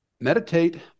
meditate